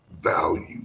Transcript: value